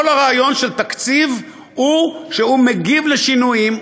כל הרעיון של תקציב הוא שהוא מגיב על שינויים,